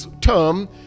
term